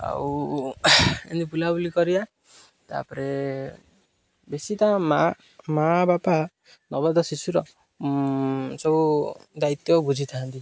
ଆଉ ଏମିତି ବୁଲାବୁଲି କରିବା ତାପରେ ବେଶି ତା ମା ମା ବାପା ନବଜାତ ଶିଶୁର ସବୁ ଦାୟିତ୍ୱ ବୁଝିଥାନ୍ତି